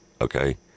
okay